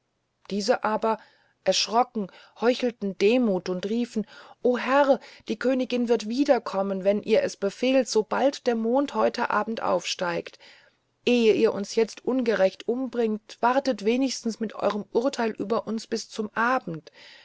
diese aber erschrocken heuchelten demut und riefen o herr die königin wird wiederkommen wenn ihr es befehlt sobald der mond heute abend aufsteigt ehe ihr uns jetzt ungerecht umbringt wartet wenigstens mit eurem urteil über uns bis zum abend